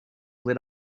lit